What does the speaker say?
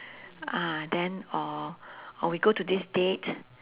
uh then or or we go to this date